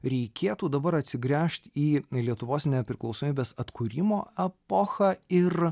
reikėtų dabar atsigręžt į lietuvos nepriklausomybės atkūrimo epochą ir